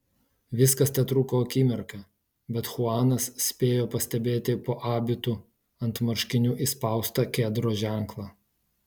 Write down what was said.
viskas tetruko akimirką bet chuanas spėjo pastebėti po abitu ant marškinių įspaustą kedro ženklą